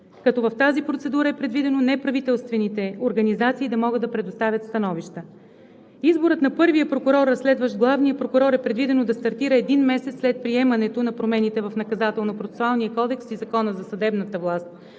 като в тази процедура е предвидено неправителствените организации да могат да предоставят становища. Изборът на първия прокурор, разследващ главния прокурор, е предвидено да стартира един месец след приемането на промените в Наказателно-процесуалния кодекс и Закона за съдебната власт.